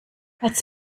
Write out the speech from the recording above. als